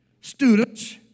students